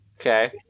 Okay